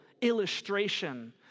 illustration